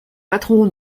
patrons